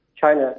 China